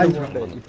live the